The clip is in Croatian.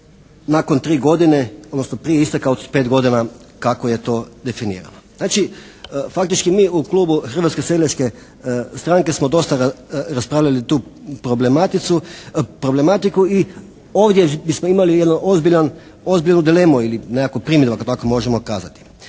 nakon 3 godine odnosno prije isteka od 5 godina kako je to definirano. Znači faktički mi u Klubu Hrvatske seljačke stranke smo dosta raspravljali tu problematiku i ovdje bismo imali jednu ozbiljnu dilemu ili nekakvu primjedbu ako tako možemo kazati.